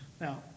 Now